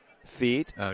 feet